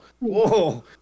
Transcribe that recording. Whoa